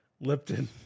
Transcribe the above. Lipton